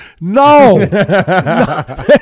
No